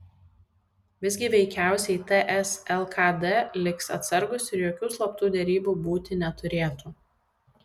visgi veikiausiai ts lkd liks atsargūs ir jokių slaptų derybų būti neturėtų